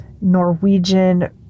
Norwegian